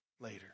later